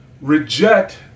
reject